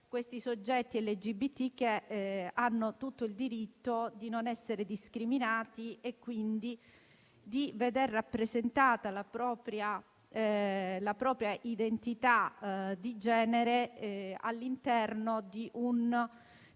i soggetti LGBT, che hanno tutto il diritto di non essere discriminati e di vedere rappresentata la propria identità di genere all'interno di una